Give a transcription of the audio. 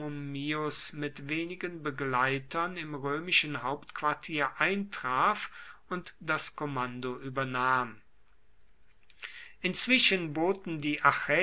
mit wenigen begleitern im römischen hauptquartier eintraf und das kommando übernahm inzwischen boten die